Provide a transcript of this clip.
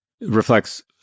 reflects